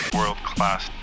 world-class